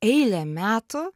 eilę metų